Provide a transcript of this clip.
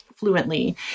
fluently